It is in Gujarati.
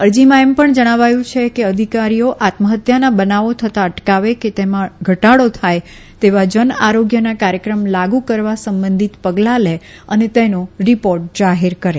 અરજીમાં એમ પણ જણાવાયું છે કે અધિકારીઓ આત્મહત્યાના બનાવો થતાં અટકાવે કે તેમાં ઘટાડો થાય તેવા જન આરોગ્યના કાર્યક્રમ લાગુ કરવા સંબંધિત પગલાં લે અને તેનો રીપોર્ટ જાહેર કરે